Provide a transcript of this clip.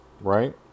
right